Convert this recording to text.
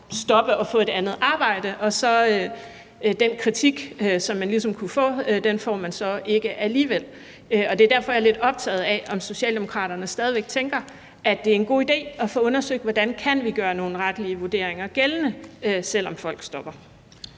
stoppe og få et andet arbejde og så alligevel ikke får den kritik, som man ligesom kunne have fået. Og det er derfor, jeg er lidt optaget af, om Socialdemokraterne stadig væk tænker, at det er en god idé at få undersøgt, hvordan vi kan gøre nogle retlige vurderinger gældende, selv om folk stopper.